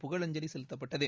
புகழஞ்சலி செலுத்தப்பட்டது